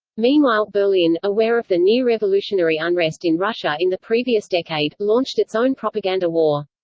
meanwhile, berlin, aware of the near-revolutionary unrest in russia in the previous decade, launched its own propaganda war.